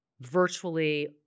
virtually